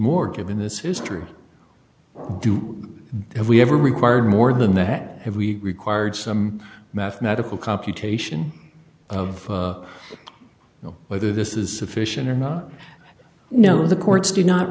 more given this history do we ever require more than that have we heard some mathematical computation of you know whether this is sufficient or not i know the courts do not